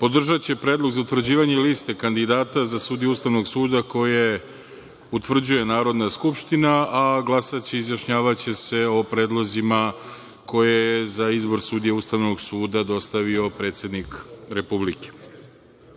Podržaće predlog za utvrđivanje liste kandidata za sudiju Ustavnog suda koje utvrđuje Narodna skupština, a glasaće i izjašnjavaće se o predlozima koje je za izbor sudija Ustavnog suda dostavio predsednik Republike. Naime,